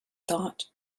thought